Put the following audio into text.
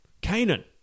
Canaan